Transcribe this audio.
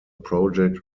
project